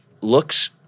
looks—